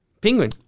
penguin